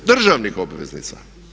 Državnih obveznica.